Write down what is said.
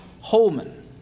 Holman